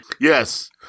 Yes